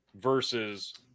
versus